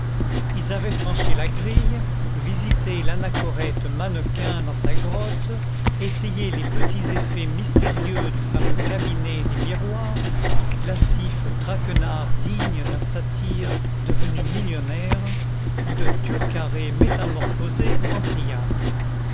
ils avaient franchi la grille visité l'anachorète mannequin dans sa grotte essayé les petits effets mystérieux du fameux cabinet des miroirs lascif traquenard digne d'un satyre devenu millionnaire ou de turcaret métamorphosé en priape